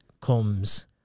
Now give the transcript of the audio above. comes